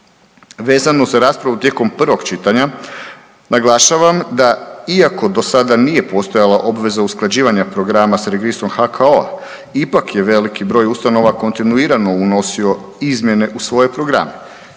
Vezano za raspravu tijekom prvog čitanja, naglašavam da iako do sada nije postojala obveza usklađivanja programa s Registrom HKO-a, ipak je veliki broj ustanova kontinuirano unosio izmjene u svoje programe.